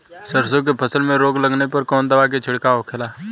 सरसों की फसल में रोग लगने पर कौन दवा के छिड़काव होखेला?